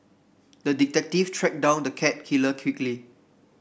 the detective tracked down the cat killer quickly